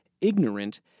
ignorant